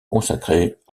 consacrée